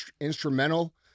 instrumental